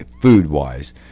food-wise